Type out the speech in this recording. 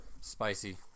spicy